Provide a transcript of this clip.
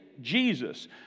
Jesus